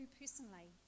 personally